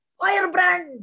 firebrand